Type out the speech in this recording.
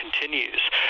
continues